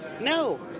no